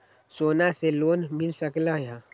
सोना से लोन मिल सकलई ह?